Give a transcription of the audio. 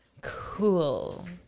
cool